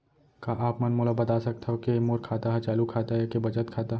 का आप मन मोला बता सकथव के मोर खाता ह चालू खाता ये के बचत खाता?